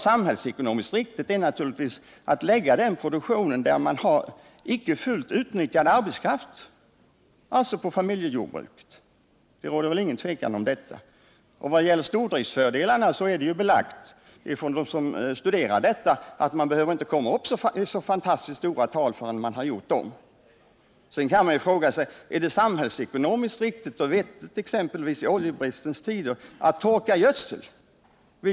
Samhällsekonomiskt riktigt är naturligtvis att lägga produktionen där man har icke fullt utnyttjad arbetskraft, alltså på familjejordbruken. Det råder väl inget tvivel om detta. Och i vad det gäller stordriftsfördelarna är det belagt av dem som studerat dessa att man inte behöver komma upp i fantastiskt stora tal förrän man har uppnått dem. Men man kan undra om det är samhällsekonomiskt riktigt och vettigt att i dessa oljebristens tider exempelvis torka gödseln.